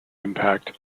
impact